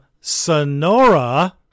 sonora